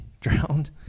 drowned